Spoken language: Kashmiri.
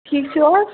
ٹھیٖک چھُ حظ